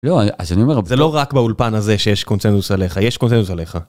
לא, אז אני אומר... זה לא רק באולפן הזה שיש קונצנזוס עליך, יש קונצנזוס עליך.